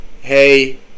hey